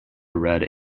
read